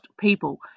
people